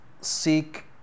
seek